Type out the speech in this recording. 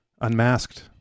Unmasked